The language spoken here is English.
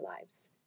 lives